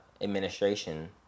administration